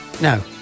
No